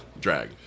Drag